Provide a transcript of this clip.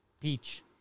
Peach